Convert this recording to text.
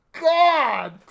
God